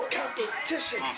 competition